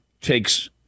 takes